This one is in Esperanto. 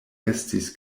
estis